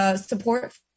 support